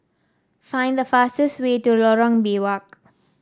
find the fastest way to Lorong Biawak